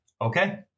Okay